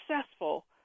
successful